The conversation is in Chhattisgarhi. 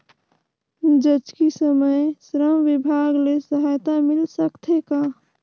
जचकी समय श्रम विभाग ले सहायता मिल सकथे का?